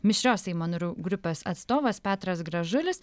mišrios seimo narių grupės atstovas petras gražulis